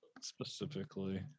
specifically